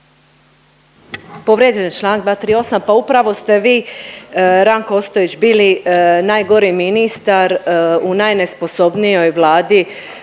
Povrijeđen je čl. 238. Pa upravo ste vi Ranko Ostojić bili najgori ministar u najnesposobnijoj Vladi